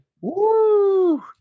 Woo